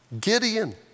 Gideon